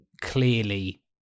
clearly